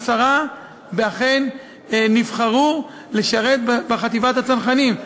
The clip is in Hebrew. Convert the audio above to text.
עשרה אכן נבחרו לשרת בחטיבת הצנחנים,